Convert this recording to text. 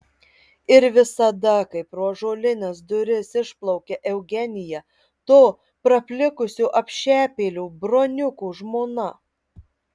ir visada kai pro ąžuolines duris išplaukia eugenija to praplikusio apšepėlio broniuko žmona